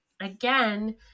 again